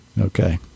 Okay